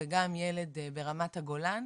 ילד ברמת הגולן,